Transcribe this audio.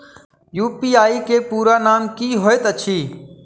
UPI केँ पूरा नाम की होइत अछि?